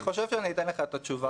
אני חושב שאני אתן לך את התשובה.